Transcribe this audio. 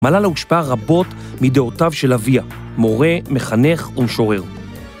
מלאלה הושפעה רבות מדעותיו של אביה, מורה, מחנך ומשורר.